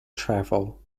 travel